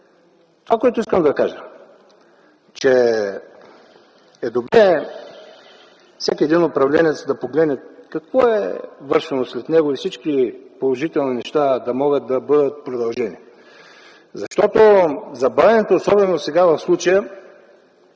Това, което искам да кажа, е, че е добре всеки един управленец да погледне какво е вършено след него и всички положителни неща да могат да бъдат продължени, защото забавянето, особено сега в случая